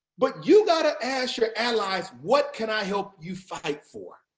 but you got to ask your allies, what can i help you fight for?